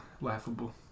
laughable